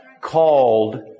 called